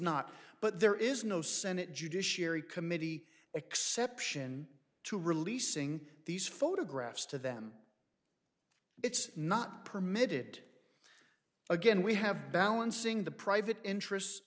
not but there is no senate judiciary committee exception to releasing these photographs to them it's not permitted again we have balancing the private interest